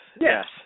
yes